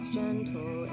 gentle